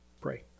pray